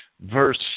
verse